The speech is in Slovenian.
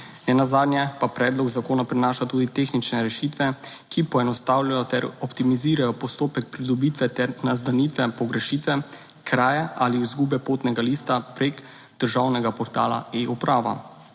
Nenazadnje pa predlog zakona prinaša tudi tehnične rešitve, ki poenostavljajo ter optimizirajo postopek pridobitve ter naznanitve pogrešitve, kraje ali izgube potnega lista preko državnega portala eUprava.